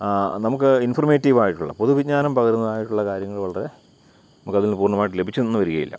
ആ നമുക്ക് ഇൻഫർമേറ്റീവ് ആയിട്ടുള്ള പൊതുവിജ്ഞാനം പകരുന്നതായിട്ടുള്ള കാര്യങ്ങൾ വളരെ നമക്കതിൽന്നും പൂർണമായിട്ടും ലഭിച്ചെന്ന് വരികയില്ല